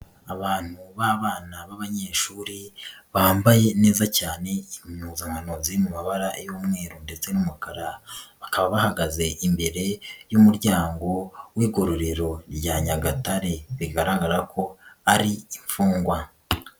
Abantu b'abana b'abanyeshuri, bambaye neza cyane impuzankano ziri mu mabara y'umweru ndetse n'umukara, bakaba bahagaze imbere y'umuryango w'igororero rya Nyagatare, bigaragara ko ari imfungwa.